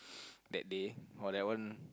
the day or that one